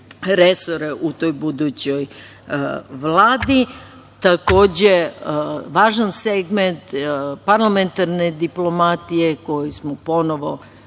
u toj budućoj Vladi. Takođe važan segment parlamentarne diplomatije koji smo ponovo